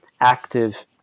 active